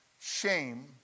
shame